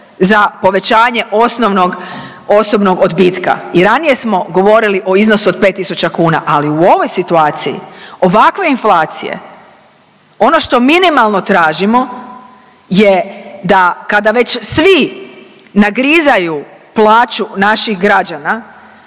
za povećanje osnovnog osobnog odbitka. I ranije smo govorili o iznosu od 5000 kuna, ali u ovoj situaciji ovakve inflacije ono što minimalno tražimo je da kada već svi nagrizaju plaću naših građana